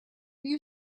you